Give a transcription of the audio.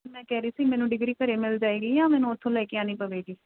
ਮੈਂ ਕਹਿ ਰਹੀ ਸੀ ਮੈਨੂੰ ਡਿਗਰੀ ਘਰ ਮਿਲ ਜਾਵੇਗੀ ਜਾਂ ਮੈਨੂੰ ਉੱਥੋਂ ਲੈ ਕੇ ਆਉਣੀ ਪਵੇਗੀ